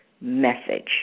message